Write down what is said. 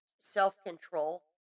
self-control